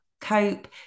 cope